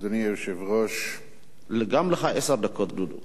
אדוני היושב-ראש, גם לך עשר דקות, דודו.